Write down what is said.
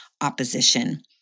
opposition